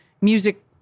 music